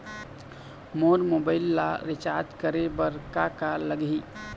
मोर mobile ला recharge करे बर का का लगही?